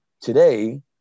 today